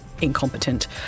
incompetent